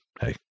hey